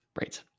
Right